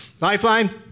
Lifeline